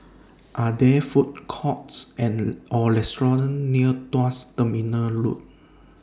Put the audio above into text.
Are There Food Courts and Or restaurants near Tuas Terminal Road